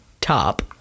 top